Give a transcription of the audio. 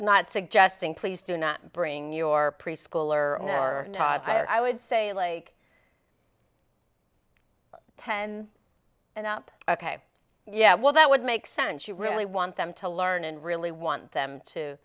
not suggesting please do not bring your preschooler or not i would say like ten and up ok yeah well that would make sense you really want them to learn and really want t